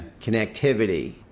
Connectivity